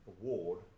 award